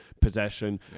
possession